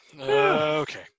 Okay